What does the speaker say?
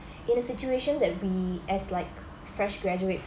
in a situation that we as like fresh graduates